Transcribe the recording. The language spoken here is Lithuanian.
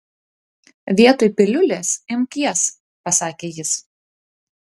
vietoj piliulės imk jas pasakė jis